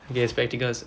do you have spectacles